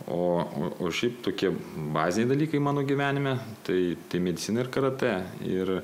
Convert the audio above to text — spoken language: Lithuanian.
o o šiaip tokie baziniai dalykai mano gyvenime tai tai medicina ir karatė ir